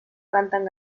canten